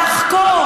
לחקור.